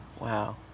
Wow